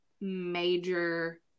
major